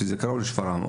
שזה קרוב לשפרעם,